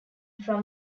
from